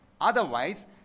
Otherwise